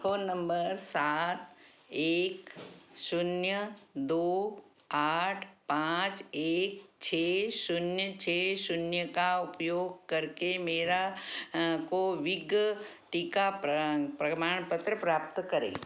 phone number सात एक शून्य दो आठ पाँच एक छः शून्य छः शून्य का उपयोग करके मेरा कोविग टीका प्रमाणपत्र प्राप्त करें